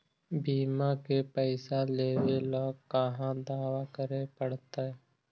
बिमा के पैसा लेबे ल कहा दावा करे पड़तै?